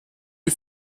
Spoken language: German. die